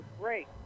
great